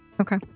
Okay